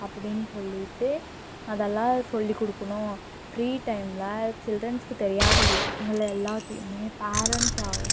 அப்படின்னு சொல்லிட்டு அதெல்லாம் சொல்லி கொடுக்குணும் ஃபிரீ டைமில் சில்ட்ரன்ஸுக்கு தெரியாத விஷயங்களை எல்லாத்தையுமே பேரண்ட்ஸ் அதை